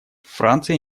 франция